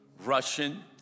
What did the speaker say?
Russian